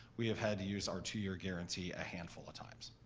we have had to use our two-year guarantee a handful of times,